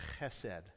chesed